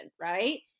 right